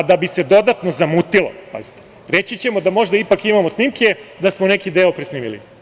A da bi se dodatno zamutilo, reći ćemo da možda ipak imamo snimke, da smo neki deo presnimili“